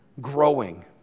growing